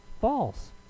false